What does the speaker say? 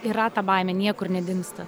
yra ta baimė niekur nedingsta